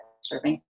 serving